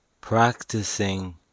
Practicing